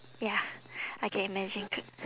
ya I can imagine c~